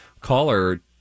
caller